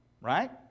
right